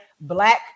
Black